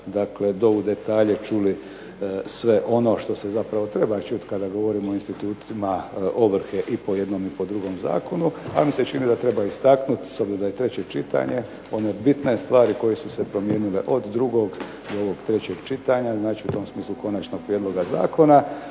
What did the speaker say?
dakle do u detalje čuli sve ono što se zapravo treba čuti kada govorimo o institutima ovrhe i po jednom i po drugom zakonu, ali mi se čini da treba istaknuti s obzirom da je treće čitanje one bitne stvari koje su se promijenile od drugog do ovog trećeg čitanja, znači u tom smislu konačnog prijedloga zakona.